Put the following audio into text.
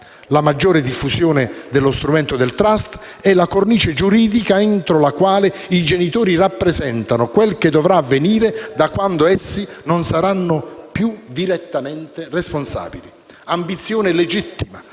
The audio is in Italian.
la maggiore diffusione dello strumento del *trust* è le cornice giuridica entro la quale i genitori rappresentano quel che dovrà avvenire da quando essi non saranno più direttamente responsabili. Ambizione legittima,